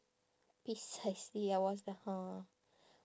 precisely I was like !huh!